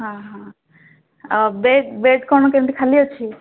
ହଁ ହଁ ଆଉ ବେଡ଼୍ ବେଡ଼୍ କ'ଣ କେମିତି ଖାଲି ଅଛି